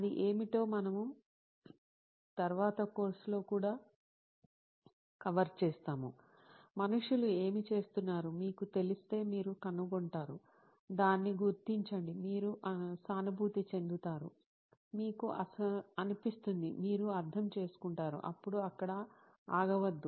అది ఏమిటో మనము తరువాత కోర్సులో కూడా కవర్ చేస్తాము మనుష్యులు ఏమి చేస్తున్నారో మీకు తెలిస్తే మీరు కనుగొంటారు దాన్ని గుర్తించండి మీరు సానుభూతి చెందుతారు మీకు అనిపిస్తుంది మీరు అర్థం చేసుకుంటారు అప్పుడు అక్కడ ఆగవద్దు